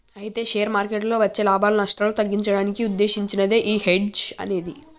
అయితే షేర్ మార్కెట్లలో వచ్చే లాభాలు నష్టాలు తగ్గించడానికి ఉద్దేశించినదే ఈ హెడ్జ్ అనేది